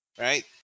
Right